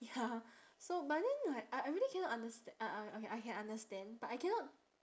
ya so but then like I I really cannot understa~ u~ u~ okay I can understand but I cannot